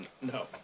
No